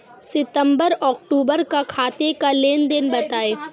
सितंबर अक्तूबर का खाते का लेनदेन बताएं